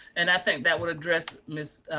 and i think that would address ms.